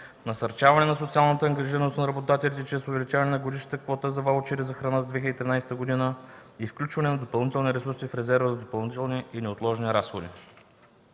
насърчаване на социалната ангажираност на работодателите чрез увеличаване на годишната квота за ваучери за храна за 2013 г. и включване на допълнителни ресурси в резерва за допълнителни и неотложни разходи.